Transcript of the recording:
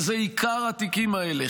וזה עיקר התיקים האלה,